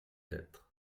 lettres